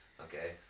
okay